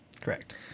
Correct